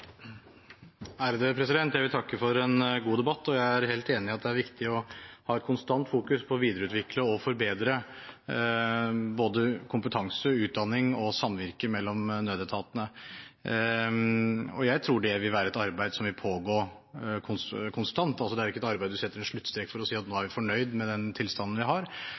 åra framover. Jeg vil takke for en god debatt. Jeg er helt enig i at det er viktig å ha et konstant fokus på å videreutvikle og forbedre både kompetanse, utdanning og samvirke mellom nødetatene. Jeg tror det vil være et arbeid som vil pågå konstant. Det er ikke et arbeid en setter sluttstrek for og sier: Nå er vi fornøyd med den tilstanden vi har.